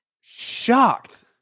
shocked